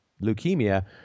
leukemia